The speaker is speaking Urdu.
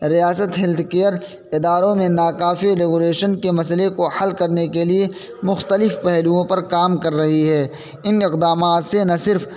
ریاست ہیلتھ کیئر اداروں میں ناکافی ریگولیشن کے مسئلے کو حل کرنے کے لیے مختلف پہلوؤں پر کام کر رہی ہے ان اقدامات سے نہ صرف